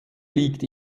liegt